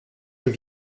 jeux